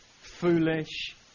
foolish